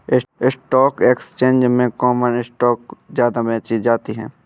stock exchange में common stock ज्यादा बेचे जाते है